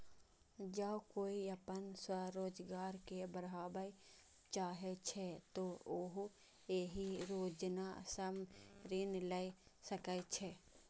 जौं कोइ अपन स्वरोजगार कें बढ़ाबय चाहै छै, तो उहो एहि योजना सं ऋण लए सकै छै